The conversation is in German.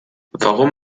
warum